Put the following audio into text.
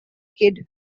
kid